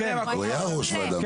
הוא היה מעולה.